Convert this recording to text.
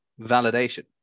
validation